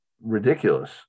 ridiculous